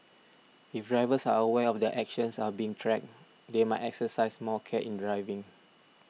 if drivers are aware that their actions are being tracked they might exercise more care in driving